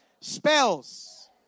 spells